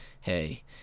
hey